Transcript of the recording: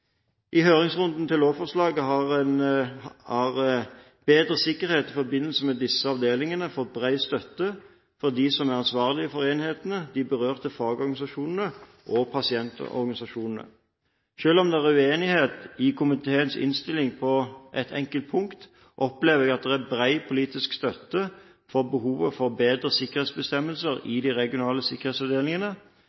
I høringsrunden til lovforslaget har bedre sikkerhet i forbindelse med disse avdelingene fått bred støtte fra dem som er ansvarlig for enhetene, de berørte fagorganisasjonene og pasientorganisasjonene. Selv om det er uenighet i komiteens innstilling på ett enkelt punkt, opplever jeg at det er bred politisk støtte til behovet for bedre sikkerhetsbestemmelser i